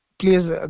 please